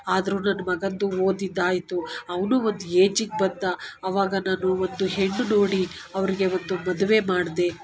ಆದರೂ ನನ್ನ ಮಗನದ್ದು ಓದಿದ್ದು ಆಯಿತು ಅವನು ಒಂದು ಏಜಿಗೆ ಬಂದ ಆವಾಗ ನಾನು ಒಂದು ಹೆಣ್ಣು ನೋಡಿ ಅವ್ರಿಗೆ ಒಂದು ಮದುವೆ ಮಾಡಿದೆ